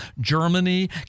Germany